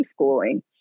homeschooling